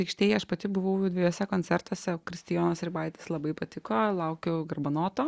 aikštėje aš pati buvau dviejuose koncertuose kristijonas ribaitis labai patiko laukiau garbanoto